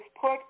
put